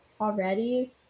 already